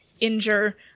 injure